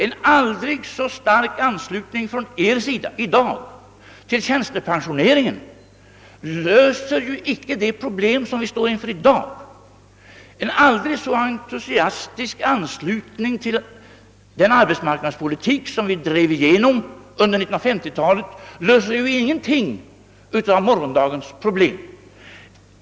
En aldrig så stark anslutning från oppositionens sida i dag till tjänstepensioneringen löser inte de problem vi nu står inför. En aldrig så entusiastisk anslutning till den arbetsmarknadspolitik vi drev igenom under 1950-talet löser ingenting av morgondagens problem.